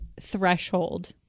threshold